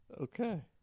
Okay